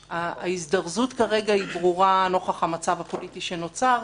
ההזדרזות כרגע ברורה נוכח המצב הפוליטי שנוצר.